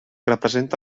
representa